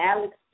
Alex